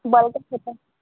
बरें तेंच घेता